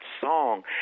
song